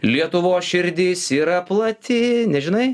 lietuvos širdis yra plati nežinai